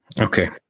Okay